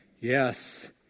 Yes